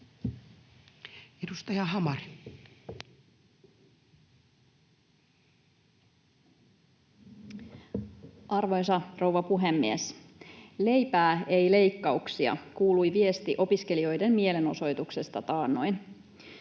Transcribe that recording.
Edustaja Hamari. Arvoisa rouva puhemies! ”Leipää, ei leikkauksia”, kuului viesti opiskelijoiden mielenosoituksesta taannoin.